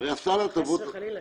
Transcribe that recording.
חס וחלילה.